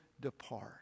depart